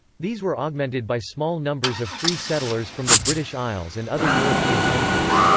these were augmented by small numbers of free settlers from the british isles and other european countries.